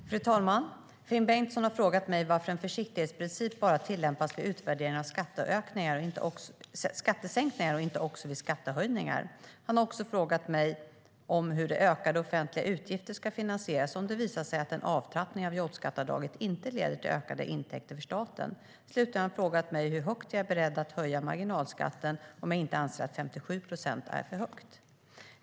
Svar på interpellationer Fru talman! Finn Bengtsson har frågat mig varför en försiktighetsprincip bara tillämpas vid utvärderingen av skattesänkningar och inte också vid skattehöjningar. Han har också frågat mig om hur ökade offentliga utgifter ska finansieras om det visar sig att avtrappningen av jobbskatteavdraget inte leder till ökade intäkter för staten. Slutligen har han frågat mig hur mycket jag är beredd att höja marginalskatten om jag inte anser att 57 procent är för högt.